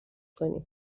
کنی